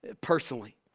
personally